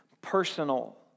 personal